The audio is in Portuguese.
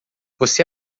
você